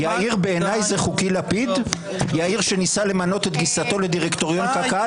יאיר שניסה למנות את גיסתו לדירקטוריון קק"ל?